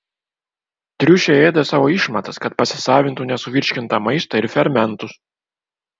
triušiai ėda savo išmatas kad pasisavintų nesuvirškintą maistą ir fermentus